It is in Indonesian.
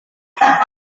kota